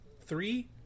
Three